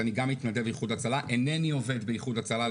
אני גם מתנדב באיחוד הצלה,